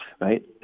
right